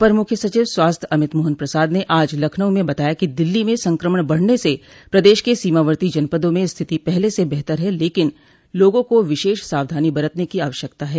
अपर मुख्य सचिव स्वास्थ्य अमित मोहन प्रसाद ने आज लखनऊ में बताया कि दिल्ली में संक्रमण बढ़ने से प्रदेश के सीमावर्ती जनपदों में स्थिति पहले से बेहतर है लेकिन लोगों को विशेष सावधानी बरतने की आवश्यकता ह